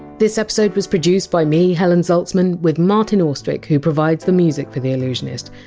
this episode was produced by me, helen zaltzman, with martin austwick, who provides the music for the allusionist.